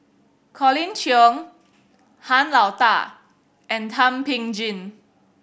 Colin Cheong Han Lao Da and Thum Ping Tjin